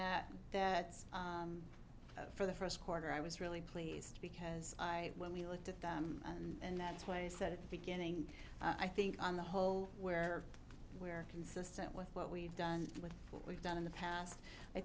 that that for the first quarter i was really pleased because i when we looked at them and that's why i said at the beginning i think on the whole where we're consistent with what we've done with what we've done in the past i